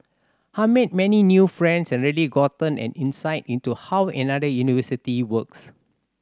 I've made many new friends and really gotten an insight into how another university works